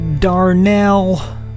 Darnell